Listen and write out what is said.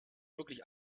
wirklich